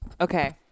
Okay